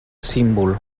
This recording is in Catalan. símbol